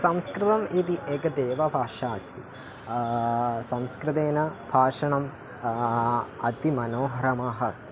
संस्कृतम् इति एकेव भाषा अस्ति संस्कृतेन भाषणम् अतीव मनोहरम् अस्ति